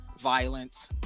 violence